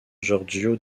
giorgio